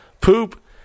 poop